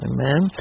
Amen